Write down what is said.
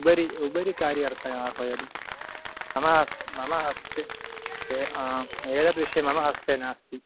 उपरि उपरि कार्यार्थतया आह्वयतु मम हस्ते मम हस्ते एतद्विषये मम हस्ते नास्ति